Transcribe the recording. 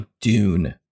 Dune